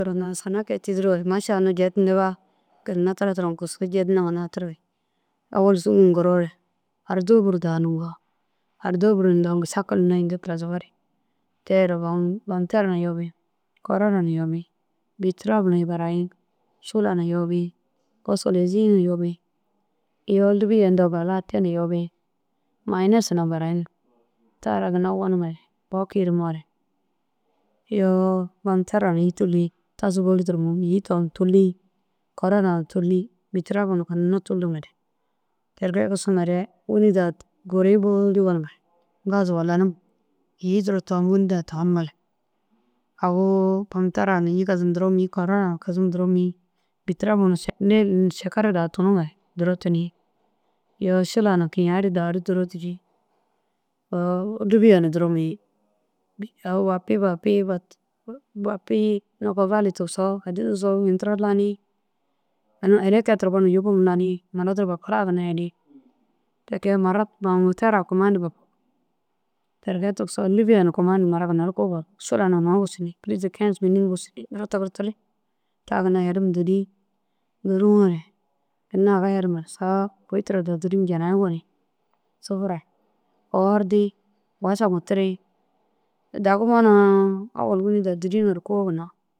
Ina osona kege tîdiroore maaša unnu jedintiga ginna tira tira ŋaru ini kisir jedintiŋa nahatirig. Ôwollu sûguu ngiroore ardôbur daha nûkar ardôbur te re yobii bompitera na yobii karôda na yobi bîtirap na burayinii šila na yobi bôsol êzina yobi. Iyoo lûbiya intoo gala te na yobi mayinas na burayinig taara ginna gonumere bo kirimoore iyoo bomutera na îyi tûli tasu bôli duro mûm îyi tom tûli kôrata na tûli bîtirapu na ginna tûli. Ti kee kisimare wîni daha guriĩ bôlu gonumare gasu walanum îyi duro tom wîni daha namoore awu bomutera na îyi kazum duro mûyi kôrara na kazum duro mûyi bîtirapu na šakara daha tunumare duro tunii. Iyoo šila na kiyayi ru daha ru duro dûri awu lûbiya na duro dûrii awu bapi bapi bapi bapii nokoo gali tigisoo addi nuzoo ginna duro lani. Ini ele kee gonum yubum lani mura duro bapura ginna heri ti kee murat mura duro bomutera kumayindu bapug ti kee tigisoo lûbiya na kumayindu mura ginna na ru kuu bapug. Šila na anu busuni pilis de kez minit busoo duro tigirtiri ta ginna herm dûri dûruwo re ginna aga herimare kôi tira daha dûri janayi goni sufura fafardi wasagu tiri dagimoo na ôwolu wîni daha dûri ŋa ru kuu ginna.